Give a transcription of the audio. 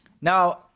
Now